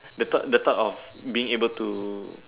the thought the thought of being able to